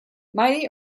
mighty